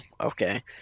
okay